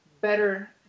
better